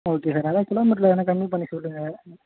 okay sir அதுதான் கிலோமீட்டரில் வேணா கம்மி பண்ணி சொல்லுங்கள்